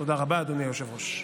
תודה רבה, אדוני היושב-ראש.